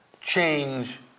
change